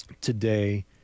today